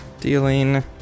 dealing